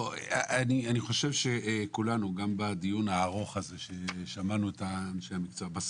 אני חושב ששמענו את אנשי המקצוע ואת ההתייחסות בדיון הארוך הזה.